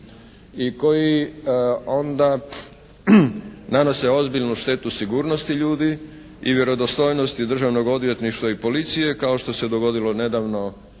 i koji onda nanose ozbiljnu štetu sigurnosti ljudi i vjerodostojnosti Državnog odvjetništva i policije kao što se dogodilo nedavno u